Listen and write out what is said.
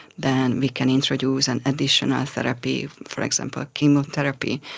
then we can introduce an additional therapy, for example chemotherapy,